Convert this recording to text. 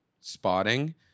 spotting